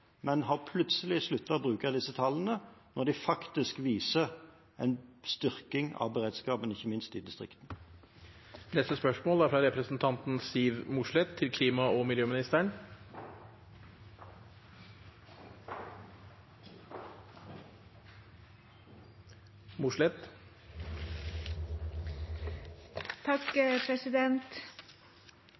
men har plutselig sluttet å bruke disse når de faktisk viser en styrking av beredskapen, ikke minst i distriktene. Dette spørsmålet er utsatt til neste spørretime. «Over 30 pst. av arealene på Indre Helgeland, i Grane, Vefsn og